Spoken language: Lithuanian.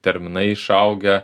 terminai išaugę